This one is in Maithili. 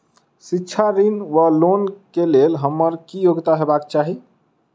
शिक्षा ऋण वा लोन केँ लेल हम्मर की योग्यता हेबाक चाहि?